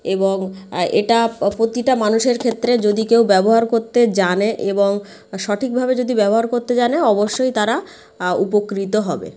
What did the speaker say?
এবং এটা প্রতিটা মানুষের ক্ষেত্রে যদি কেউ ব্যবহার করতে জানে এবং সঠিকভাবে যদি ব্যবহার করতে জানে অবশ্যই তারা উপকৃত হবে